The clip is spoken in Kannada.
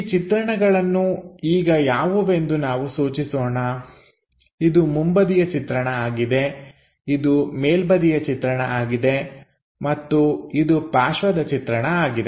ಈ ಚಿತ್ರಣಗಳನ್ನು ಈಗ ಯಾವುವೆಂದು ನಾವು ಸೂಚಿಸೋಣ ಇದು ಮುಂಬದಿಯ ಚಿತ್ರಣ ಆಗಿದೆ ಇದು ಮೇಲ್ಬದಿಯ ಚಿತ್ರಣ ಆಗಿದೆ ಮತ್ತು ಇದು ಪಾರ್ಶ್ವದ ಚಿತ್ರಣ ಆಗಿದೆ